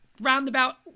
roundabout